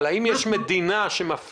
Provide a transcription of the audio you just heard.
אבל האם יש מדינה שמפעילה